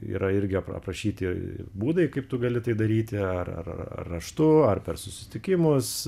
yra irgi apra aprašyti būdai kaip tu gali tai daryti ar ar raštu ar per susitikimus